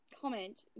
comment